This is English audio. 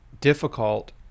difficult